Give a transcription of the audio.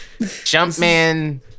Jumpman